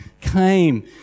came